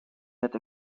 that